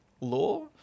Law